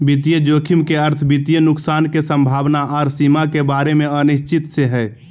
वित्तीय जोखिम के अर्थ वित्तीय नुकसान के संभावना आर सीमा के बारे मे अनिश्चितता से हय